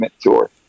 tour